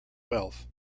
wealth